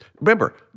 remember